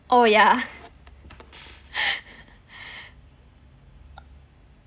oh yeah